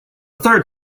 third